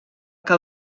que